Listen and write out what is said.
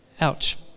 Ouch